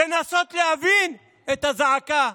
לנסות להבין את הזעקה,